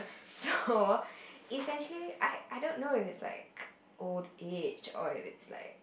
so essentially I I don't know if it's like old age or if it's like